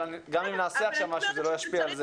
אבל גם אם נעשה עכשיו משהו זה לא ישפיע על זה.